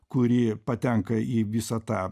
kuri patenka į visą tą